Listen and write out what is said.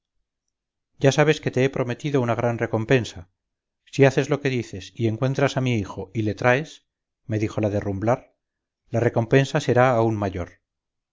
ya sabes que te he prometido una gran recompensa si haces lo que dices y encuentras a mi hijo y le traes me dijo la de rumblar la recompensa será aún mayor